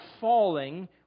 falling